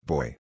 Boy